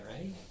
right